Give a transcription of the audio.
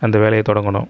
அந்த வேலையை தொடங்கணும்